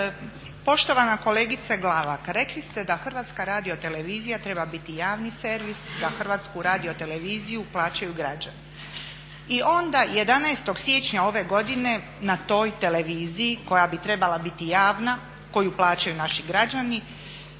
Poštovana kolegice Glavak, pa rekli ste da Hrvatska radiotelevizija treba biti javni servis, da Hrvatsku radioteleviziju plaćaju građani. I onda 11. siječnja ove godine na toj televiziji koja bi trebala biti javna koju plaćaju naši građani